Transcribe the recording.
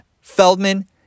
Feldman